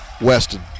Weston